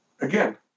again